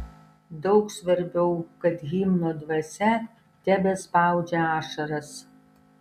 daug svarbiau kad himno dvasia tebespaudžia ašaras